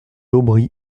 aubry